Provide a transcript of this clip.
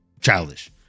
childish